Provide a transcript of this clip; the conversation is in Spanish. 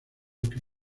que